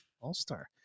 all-star